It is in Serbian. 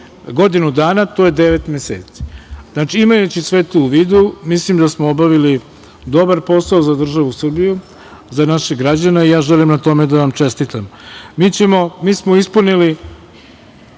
godinu dana, to je devet meseci. Imajući sve to u vidu, mislim da smo obavili dobar posao za državu Srbiju, za naše građane i ja želim na tome da vam čestitam. Mrkonjić je govorio